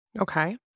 Okay